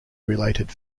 related